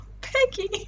peggy